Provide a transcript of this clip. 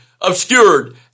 obscured